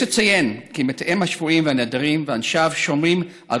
יש לציין כי מתאם השבויים והנעדרים ואנשיו שומרים על